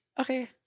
okay